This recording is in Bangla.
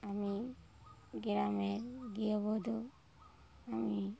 আমি গ্রামের গৃহবধূ আমি